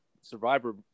Survivor